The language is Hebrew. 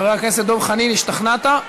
חבר הכנסת דב חנין, השתכנעת?